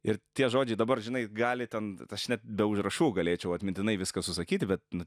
ir tie žodžiai dabar žinai gali ten aš net be užrašų galėčiau atmintinai viską susakyti bet nu